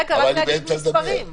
רגע, רק להגיד מספרים.